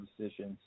decisions